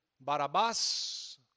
Barabbas